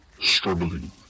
struggling